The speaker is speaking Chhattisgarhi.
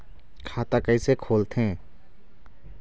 खाता कइसे खोलथें?